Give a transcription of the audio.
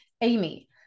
Amy